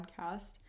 podcast